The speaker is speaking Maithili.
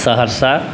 सहरसा